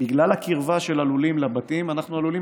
בגלל הקרבה של הלולים לבתים אנחנו עלולים